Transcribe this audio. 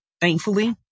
thankfully